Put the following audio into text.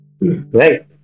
right